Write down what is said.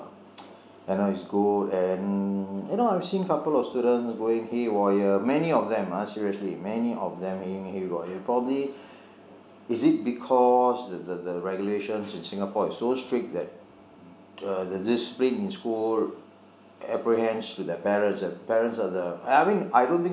I know it's and you know I've seen a couple of students going haywire many of them ah seriously many of them going haywire probably is it because that th~ the regulations in singapore is so strict that uh the discipline in school apprehends to their parents and their parents are the I mean I don't think so